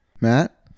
Matt